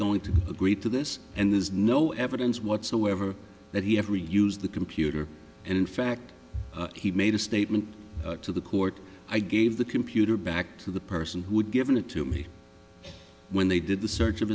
going to agree to this and there's no evidence whatsoever that he ever use the computer and in fact he made a statement to the court i gave the computer back to the person who had given it to me when they did the search of